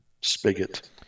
spigot